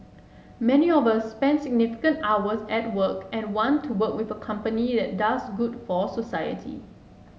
many of us spend significant hours at work and want to work with a company that does good for society